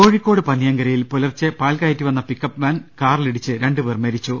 കോഴിക്കോട് പന്നിയങ്കരയിൽ പുലർച്ചെ പാൽ കയറ്റി വന്ന പിക്ക് അപ്പ് വാൻ കാറിലിടിച്ച് രണ്ട് പേർ മരിച്ചു